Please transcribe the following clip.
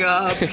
up